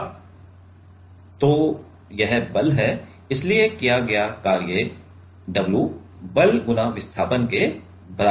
अब तो यह बल है इसलिए किया गया कार्य W बल × विस्थापन के बराबर है